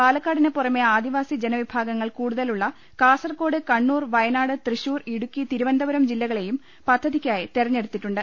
പാലക്കാടിന് പുറമെ ആദിവാസി ജനവിഭാഗങ്ങൾ കൂടുതലുള്ള കാസർഗോഡ് കണ്ണൂർ വയനാട് തൃശൂർ ഇടുക്കി തിരുവനന്തപുരം ജില്ലകളെയും പദ്ധതിക്കായി തെരഞ്ഞെടുത്തിട്ടുണ്ട്